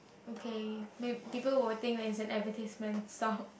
okay may people will think that it's an advertisement stop